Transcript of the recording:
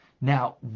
Now